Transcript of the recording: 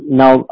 now